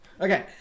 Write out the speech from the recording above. okay